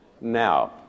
Now